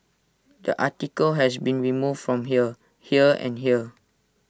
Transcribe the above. the article has been removed from here here and here